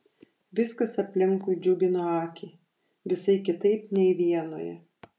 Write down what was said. viskas aplinkui džiugino akį visai kitaip nei vienoje